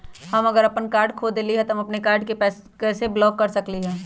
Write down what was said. अगर हम अपन कार्ड खो देली ह त हम अपन कार्ड के कैसे ब्लॉक कर सकली ह?